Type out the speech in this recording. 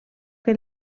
que